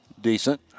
decent